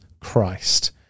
Christ